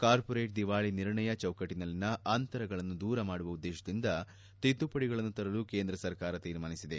corporate ದಿವಾಳಿ ನಿರ್ಣಯ ಚೌಕಟ್ಟನಲ್ಲಿನ ಅಂತರಗಳನ್ನು ದೂರ ಮಾಡುವ ಉದ್ದೇತದಿಂದ ತಿದ್ದುಪಡಿಗಳನ್ನು ತರಲು ಕೇಂದ್ರ ಸರ್ಕಾರ ತೀರ್ಮಾನಿಸಿದೆ